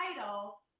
title